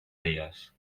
dies